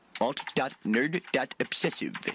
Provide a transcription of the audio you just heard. Alt.nerd.obsessive